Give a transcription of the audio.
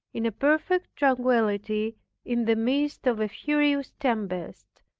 in a perfect tranquillity in the midst of a furious tempest,